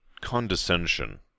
condescension